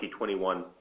2021